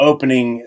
Opening